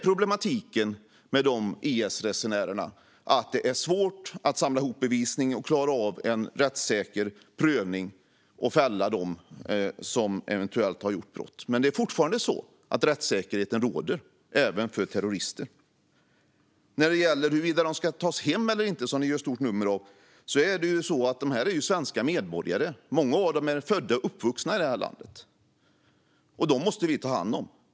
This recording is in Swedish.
Problematiken med IS-resenärerna är att det är svårt att samla ihop bevisning, klara av en rättssäker prövning och fälla dem som eventuellt har begått brott. Det är fortfarande så att rättssäkerheten råder även för terrorister. När det gäller huruvida de ska tas hem eller inte, vilket ni gör ett stort nummer av, är det så att de är svenska medborgare. Många av dem är födda och uppvuxna i det här landet. Dem måste vi ta hand om.